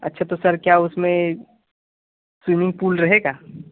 अच्छा तो सर क्या उसमें स्विमिंग पूल रहेगा